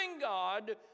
God